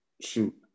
shoot